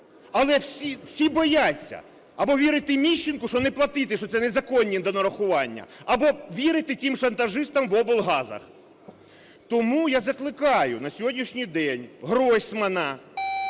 але всі бояться. Або вірити Міщенку, що не платити, що це незаконні донарахування, або вірити тим шантажистам в облгазах. Тому я закликаю на сьогоднішній день Гройсмана,